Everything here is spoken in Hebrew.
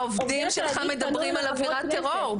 העובדים שלך מדברים על אווירת טרור.